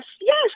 yes